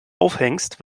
aufhängst